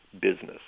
business